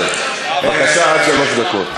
בבקשה, עד שלוש דקות.